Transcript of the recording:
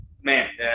Man